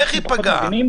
בבקשה, אייל.